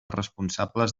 responsables